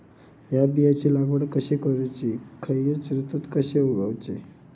हया बियाची लागवड कशी करूची खैयच्य ऋतुत कशी उगउची?